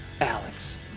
Alex